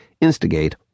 instigate